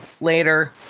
later